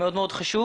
מאוד מאוד חשוב.